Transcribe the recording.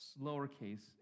lowercase